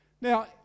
Now